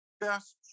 best